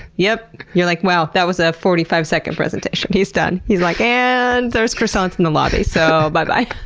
yup. you're like, wow. that was a forty five second presentation. he's done. he's like, aaaaaaand, and there's croissants in the lobby. so, bye bye.